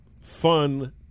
fun